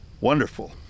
wonderful